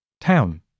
Town